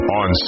on